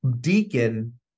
deacon